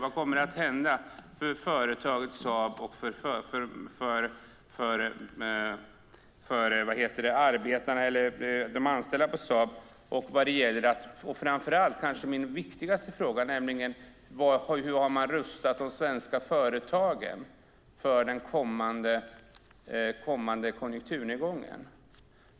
Vad kommer att hända för företaget Saab och för de anställda på Saab? Min kanske viktigaste fråga var: Hur har man rustat de svenska företagen för den kommande konjunkturnedgången?